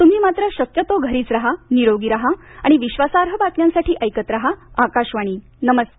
तुम्ही मात्र शक्यतो घरीच रहानिरोगी रहा आणि विश्वासाई बातम्यांसाठी ऐकत रहा आकाशवाणी नमस्कार